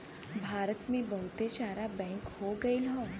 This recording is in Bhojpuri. भारत मे बहुते सारा बैंक हो गइल हौ